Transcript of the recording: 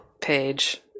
page